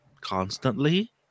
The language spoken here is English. constantly